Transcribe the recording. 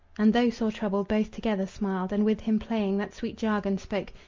and though sore troubled, both together smiled, and with him playing, that sweet jargon spoke,